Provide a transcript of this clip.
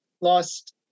lost